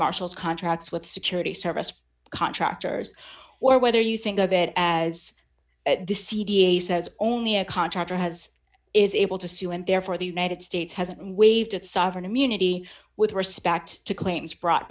marshall's contracts with security service contractors or whether you think of it as the c d a says only a contractor has is able to sue and therefore the united states has waived its sovereign immunity with respect to claims brought